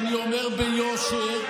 אני לא רואה שאתם דואגים,